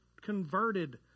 converted